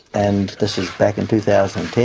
and this is back in two thousand